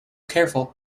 careful